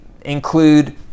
include